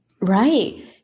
Right